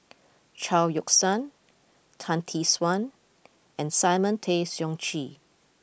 Chao Yoke San Tan Tee Suan and Simon Tay Seong Chee